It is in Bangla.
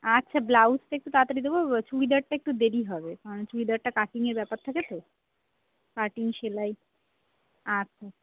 আচ্ছা ব্লাউজটা একটু তাড়াতাড়ি দেবো চুড়িদারটা একটু দেরি হবে কারণ চুড়িদারটা কাটিংয়ের ব্যাপার থাকে তো কাটিং সেলাই আচ্ছা